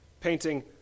painting